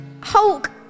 Hulk